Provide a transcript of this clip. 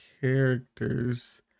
characters